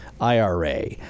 IRA